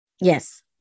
Yes